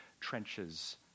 trenches